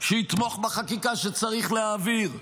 שיתמוך בחקיקה שצריך להעביר.